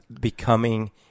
becoming-